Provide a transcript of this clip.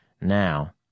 Now